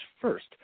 first